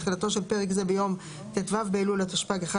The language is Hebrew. תחילתו של פרק זה ביום ט"ו באלול התשפ"ג (1